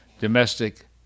domestic